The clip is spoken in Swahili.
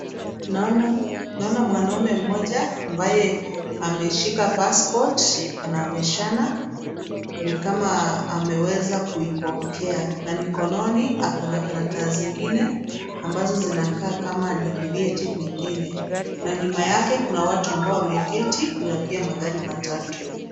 Naona naona mwanaume mmoja ambaye ameishika passport anaonyeshana ni kama ameweza kuipokea, na mikononi hakuna karatasi zingine, ambazo zinakaa kama ni vyeti vingine, na nyuma yake kuna watu ambao wameketi kunapia magari matatu.